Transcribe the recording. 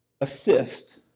assist